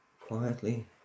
quietly